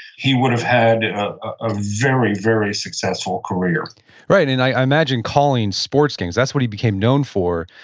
he would have had a very, very successful career right. and i imagine calling sports games, that's what he became known for,